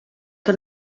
que